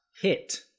hit